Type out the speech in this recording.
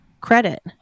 credit